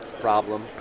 problem